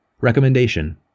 Recommendation